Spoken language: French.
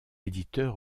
éditeur